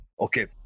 okay